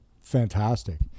fantastic